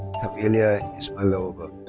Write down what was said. kamilya ismailova.